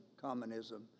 communism